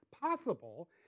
possible